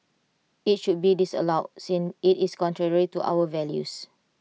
IT should be disallowed since IT is contrary to our values